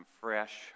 fresh